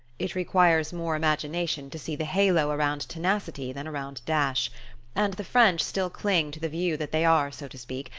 it requires more imagination to see the halo around tenacity than around dash and the french still cling to the view that they are, so to speak,